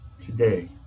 today